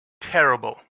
terrible